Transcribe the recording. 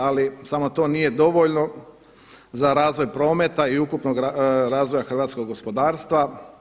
Ali samo to nije dovoljno za razvoj prometa i ukupnog razvoja hrvatskog gospodarstva.